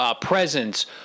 presence